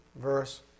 Verse